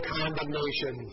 condemnation